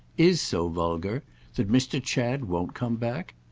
is so vulgar that mr. chad won't come back?